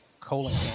colon